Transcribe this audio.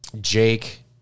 Jake